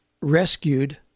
rescued